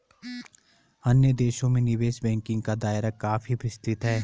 अन्य देशों में निवेश बैंकिंग का दायरा काफी विस्तृत है